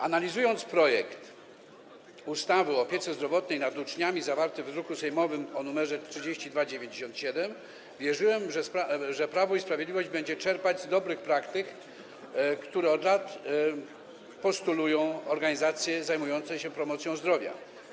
Analizując projekt ustawy o opiece zdrowotnej nad uczniami zawarty w druku sejmowym nr 3297, wierzyłem, że Prawo i Sprawiedliwość będzie czerpać z dobrych praktyk, które od lat postulują organizacje zajmujące się promocją zdrowia.